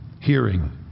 hearing